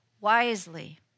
Wisely